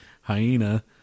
hyena